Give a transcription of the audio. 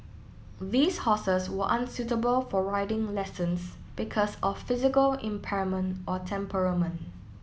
these horses were unsuitable for riding lessons because of physical impairment or temperament